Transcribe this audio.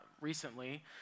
recently